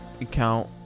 account